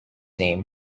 name